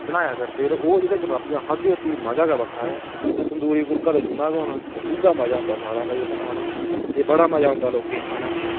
बनाया करदे ते ओह् जेह्कियां चपातियां खाह्गे ओह् मजा गै बक्खरा ऐ तुसें तंदूरी फुल्का ते सुना गै होना ते उ'ऐ मजा औंदा सारा भाई उत्थै खाना ते बड़ा मज़ा औंदा लोकें गी खाने आस्तै